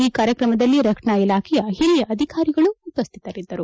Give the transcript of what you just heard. ಈ ಕಾರ್ಯಕ್ರಮದಲ್ಲಿ ರಕ್ಷಣಾ ಇಲಾಖೆಯ ಹಿರಿಯ ಅಧಿಕಾರಿಗಳು ಉಪಸ್ಸಿತರಿದ್ದರು